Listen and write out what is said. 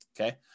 Okay